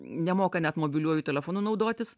nemoka net mobiliuoju telefonu naudotis